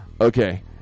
Okay